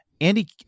Andy